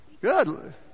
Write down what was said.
Good